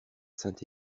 saint